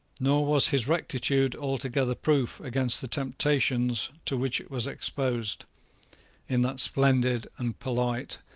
nor was his rectitude altogether proof against the temptations to which it was exposed in that splendid and polite,